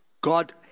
God